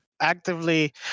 actively